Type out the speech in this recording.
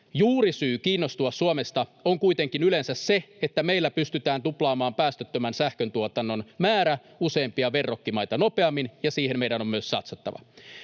Juurisyy kiinnostua Suomesta on kuitenkin yleensä se, että meillä pystytään tuplaamaan päästöttömän sähköntuotannon määrä useimpia verrokkimaita nopeammin, ja siihen meidän on myös satsattava.